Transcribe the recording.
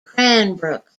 cranbrook